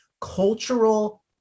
cultural